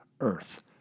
earth